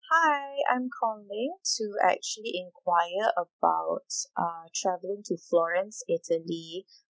hi I'm calling in to actually enquire about uh travelling to florence italy